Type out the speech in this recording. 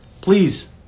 Please